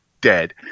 Dead